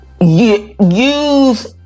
use